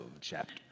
chapter